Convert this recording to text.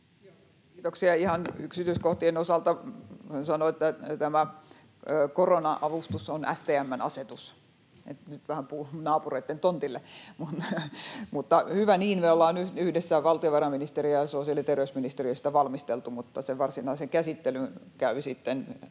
Kiitoksia! Ihan yksityiskohtien osalta voin sanoa, että tämä korona-avustus on STM:n asetus, niin että nyt vähän puhun naapureitten tontilla, mutta hyvä niin, me ollaan yhdessä — valtionvarainministeriö ja sosiaali- ja terveysministeriö — sitä valmisteltu, mutta sen varsinaisen käsittelyn käy sitten